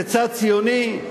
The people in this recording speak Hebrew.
זה צעד ציוני?